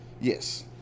Yes